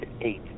eight